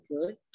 good